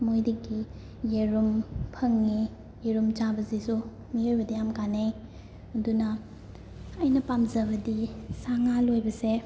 ꯃꯣꯏꯗꯒꯤ ꯌꯦꯔꯨꯝ ꯐꯪꯉꯤ ꯌꯦꯔꯨꯝ ꯆꯥꯕꯁꯤꯁꯨ ꯃꯤꯑꯣꯏꯕꯗ ꯌꯥꯝ ꯀꯥꯟꯅꯩ ꯑꯗꯨꯅ ꯑꯩꯅ ꯄꯥꯝꯖꯕꯗꯤ ꯁꯥ ꯉꯥ ꯂꯣꯏꯕꯁꯦ